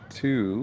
two